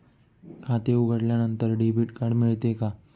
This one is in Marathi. खाते उघडल्यानंतर डेबिट कार्ड मिळते का?